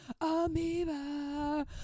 Amoeba